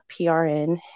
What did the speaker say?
PRN